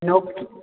Noki